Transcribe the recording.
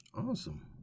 Awesome